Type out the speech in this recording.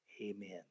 Amen